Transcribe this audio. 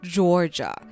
Georgia